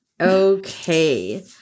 Okay